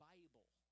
Bible